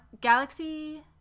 galaxy